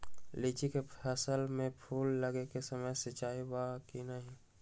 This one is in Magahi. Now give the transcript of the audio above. लीची के फसल में फूल लगे के समय सिंचाई बा कि नही?